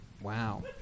Wow